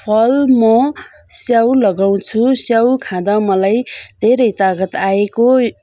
फल म स्याउ लगाउँछु स्याउ खाँदा मलाई धेरै तागत आएको